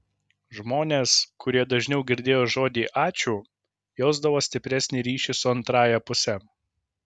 žmonės kurie dažniau girdėjo žodį ačiū jausdavo stipresnį ryšį su antrąja puse